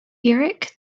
eric